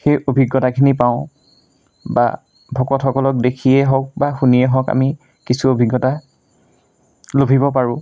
সেই অভিজ্ঞতাখিনি পাওঁ বা ভকতসকলক দেখিয়েই হওক বা শুনিয়েই হওক আমি কিছু অভিজ্ঞতা লভিব পাৰোঁ